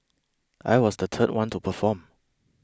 I was the third one to perform